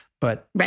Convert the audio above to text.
but-